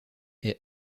est